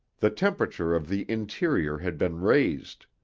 the temperature of the interior had been raised.